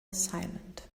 silent